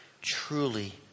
truly